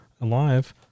alive